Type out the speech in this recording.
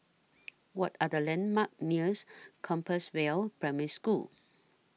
What Are The landmarks near Compassvale Primary School